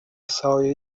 سایه